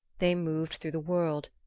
they moved through the world,